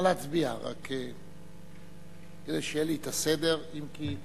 נא להצביע כדי שיהיה לי את הסדר, אם כי,